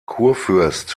kurfürst